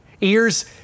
Ears